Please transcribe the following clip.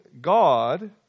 God